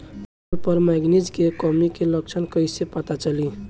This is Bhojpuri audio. फसल पर मैगनीज के कमी के लक्षण कइसे पता चली?